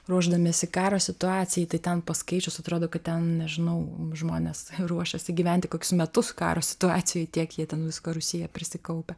ruošdamiesi karo situacijai tai ten paskaičius atrodo kad ten nežinau žmonės ruošėsi gyventi kokius metus karo situacijoj tiek jie ten visko rūsyje prisikaupę